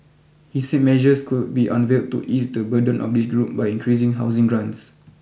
he said measures could be unveiled to ease the burden of this group by increasing housing grants